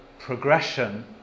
progression